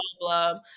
problem